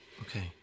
Okay